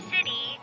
City